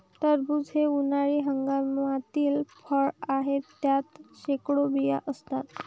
टरबूज हे उन्हाळी हंगामातील फळ आहे, त्यात शेकडो बिया असतात